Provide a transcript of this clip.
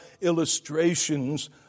illustrations